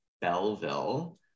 Belleville